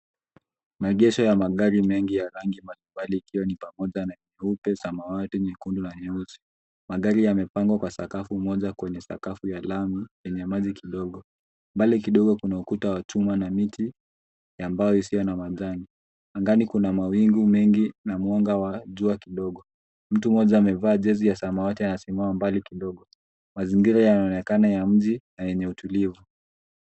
Maegesho ya magari mengi ya rangi mbalimbali ikiwa ni pamoja na nyeupe ,samawati, nyekundu na nyeusi. Magari yamepangwa kwa sakafu moja kwenye sakafu ya alama yenye maji kidogo. Mbali kidogo kuna ukuta wa chuma ma miti ya mbao isiyo na majani. Angani kuna mawingu mengi na mwanga wa jua kidogo. Mtu mmoja amevaa jezi ya samawati anasimama mbali kidogo. Mazingira yanaonekana ya mji na yenye utulivu.